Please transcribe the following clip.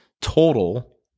total